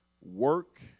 Work